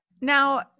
Now